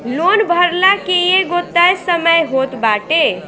loan भरला के एगो तय समय होत बाटे